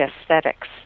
aesthetics